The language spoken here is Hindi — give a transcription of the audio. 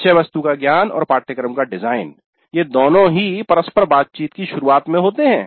विषय वस्तु का ज्ञान और पाठ्यक्रम का डिजाइन ये दोनों ही परस्पर बातचीत की शुरुआत में होते हैं